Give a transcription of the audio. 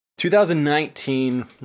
2019